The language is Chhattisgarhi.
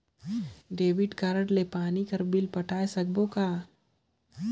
डेबिट कारड ले पानी कर बिल पटाय सकबो कौन?